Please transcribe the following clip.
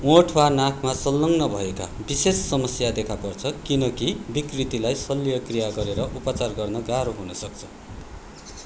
ओठ वा नाकमा संलग्न भएमा विशेष समस्या देखा पर्छ किनकि विकृतिलाई शल्यक्रिया गरेर उपचार गर्न गाह्रो हुन सक्छ